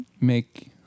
make